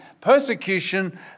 persecution